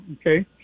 Okay